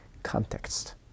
context